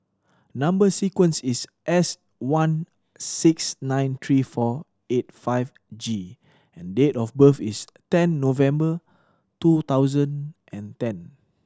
number sequence is S one six nine three four eight five G and date of birth is ten November two thousand and ten